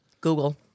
Google